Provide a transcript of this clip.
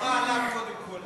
נטל ההוכחה עליו קודם כול.